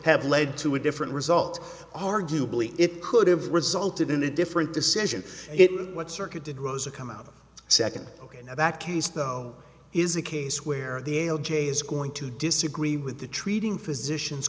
have led to a different result arguably it could have resulted in a different decision what circuit did rosa come out second ok that case though is a case where the ale j is going to disagree with the treating physicians